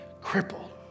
crippled